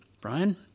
Brian